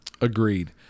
Agreed